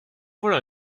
voilà